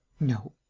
no.